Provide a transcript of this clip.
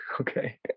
Okay